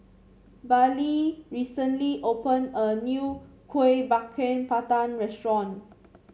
Baylee recently opened a new Kuih Bakar Pandan restaurant